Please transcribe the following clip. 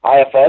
IFS